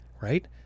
right